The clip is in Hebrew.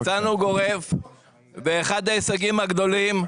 יצאנו גורף ואחד ההישגים הגדולים,